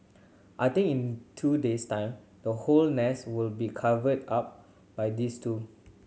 I think in two days time the whole nest will be covered up by these two